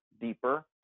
deeper